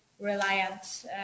reliant